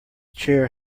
chair